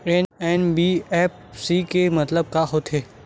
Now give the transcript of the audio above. NBFC के मतलब का होथे?